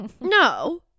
no